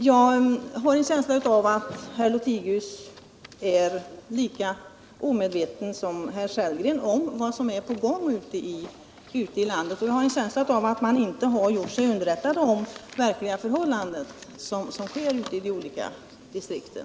Jag har en känsla av att herr Lothigius är lika omedveten som herr Sellgren om vad som håller på att ske ute i landet, och det verkar som om man inte har gjort sig underrättad om de verkliga förhållandena ute i distrikten.